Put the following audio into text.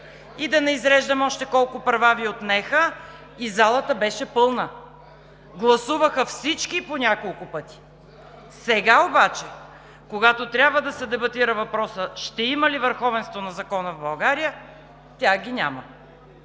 и да не изреждам още колко права Ви отнеха и залата беше пълна. Гласуваха всички по няколко пъти. Сега обаче, когато трябва да се дебатира въпросът ще има ли върховенство на закона в България, тях ги няма.